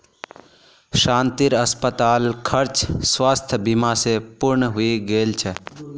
शांतिर अस्पताल खर्च स्वास्थ बीमा स पूर्ण हइ गेल छ